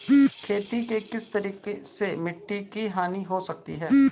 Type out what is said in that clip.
खेती के किस तरीके से मिट्टी की हानि हो सकती है?